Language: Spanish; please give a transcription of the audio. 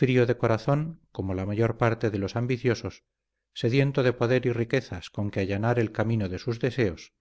frío de corazón como la mayor parte de los ambiciosos sediento de poder y riquezas con que allanar el camino de sus deseos